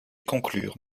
conclure